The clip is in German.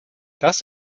das